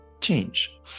change